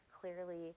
clearly